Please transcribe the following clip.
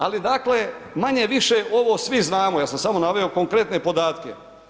Ali, dakle manje-više ovo svi znamo, ja sam samo naveo konkretne podatke.